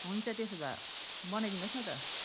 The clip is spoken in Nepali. हुन्छ त्यसो भए बनाइदिनुहोस् न त